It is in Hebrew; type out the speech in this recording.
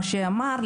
מה שאמרת,